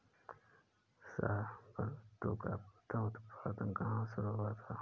शाहबलूत का प्रथम उत्पादन कहां शुरू हुआ था?